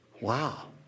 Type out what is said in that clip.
Wow